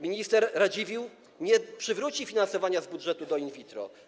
Minister Radziwiłł nie przywróci finansowania z budżetu in vitro.